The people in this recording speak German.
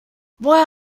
woher